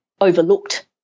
overlooked